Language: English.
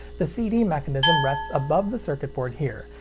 the cd mechanism rests above the circuit board here,